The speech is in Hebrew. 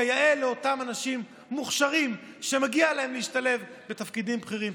כיאה לאותם אנשים מוכשרים שמגיע להם להשתלב בתפקידים בכירים.